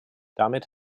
damit